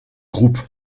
groupe